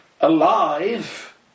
Alive